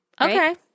Okay